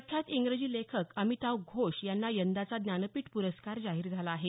प्रख्यात इंग्रजी लेखक अमिताव घोष यांना यंदाचा ज्ञानपीठ प्रस्कार जाहीर झाला आहे